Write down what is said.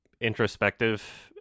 introspective